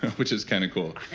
which is kind of cool